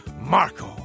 Marco